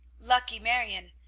lucky marion!